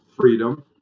freedom